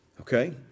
Okay